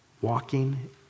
Walking